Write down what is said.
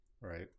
Right